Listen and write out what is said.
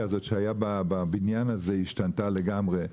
הזאת שהייתה בבניין הזה השתנתה לגמרי.